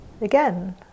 Again